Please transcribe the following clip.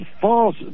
false